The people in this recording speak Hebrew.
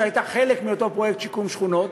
שהייתה חלק מאותו פרויקט שיקום שכונות,